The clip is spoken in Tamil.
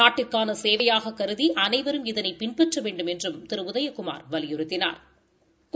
நாட்டிற்கான சேவையாகக் கருதி அனைவரும் இதனை பின்பற்ற வேண்டுமென்றும் திரு உதயகுமார் வலியுறுத்தினா்